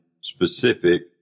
specific